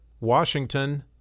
washington